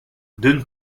d’une